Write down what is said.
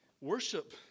worship